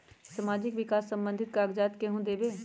समाजीक विकास संबंधित कागज़ात केहु देबे?